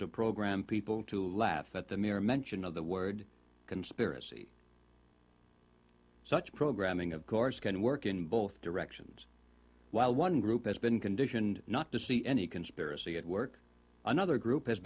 to program people to laugh at the mere mention of the word conspiracy such programming of course can work in both directions while one group has been conditioned not to see any conspiracy at work another group has